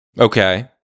Okay